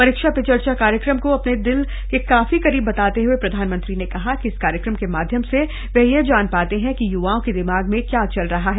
परीक्षा पे चर्चा कार्यक्रम को अपने दिल के काफी करीब बताते हुए प्रधानमंत्री ने कहा कि इस कार्यक्रम के माध्यम से वे यह जान पाते हैं कि युवाओं के दिमाग में क्या चल रहा है